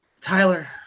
tyler